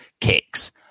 kicks